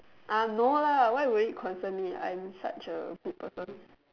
ah no lah why would it concern me I'm such a good person